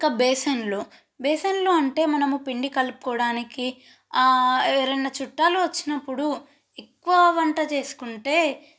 ఇంకా బేసన్లు బేసన్లు అంటే మనం పిండి కలుపుకోవడానికి ఎవరైనా చుట్టాలు వచ్చినప్పుడు ఎక్కువ వంట చేసుకుంటే